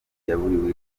yaburiwe